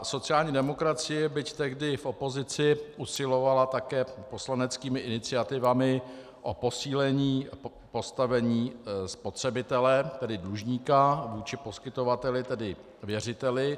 Sociální demokracie, byť tehdy v opozici, usilovala také poslaneckými iniciativami o posílení postavení spotřebitele, tedy dlužníka, vůči poskytovateli, tedy věřiteli.